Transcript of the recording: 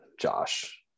Josh